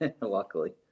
Luckily